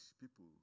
people